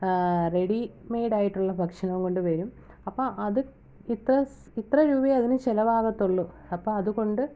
ready മേഡായിട്ടുള്ള ഭക്ഷണവും കൊണ്ട് വരും അപ്പം അത് ബിക്കോസ് ഇത്ര രൂപയെ അതിന് ചിലവാകത്തുള്ളു അപ്പം അതുകൊണ്ട്